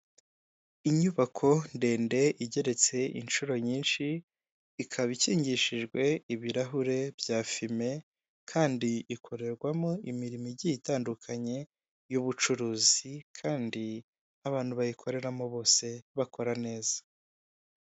Inyubako ndende igeretse inshuro nyinshi, ikaba ikingishijwe ibirahure bya fime kandi ikorerwamo imirimo igiye itandukanye y'ubucuruzi kandi abantu bayikoreramo bose bakora neza.